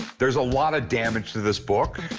there's a lot of damage to this book.